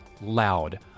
loud